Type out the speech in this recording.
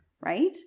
right